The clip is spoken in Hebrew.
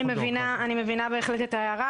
אני מבינה בהחלט את ההערה,